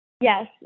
Yes